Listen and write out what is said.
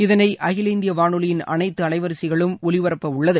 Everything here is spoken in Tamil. இதனை அகில இந்திய வானொலியின் அனைத்து அலைவரிசைகளிலும் ஒலிப்பரப்பாகும்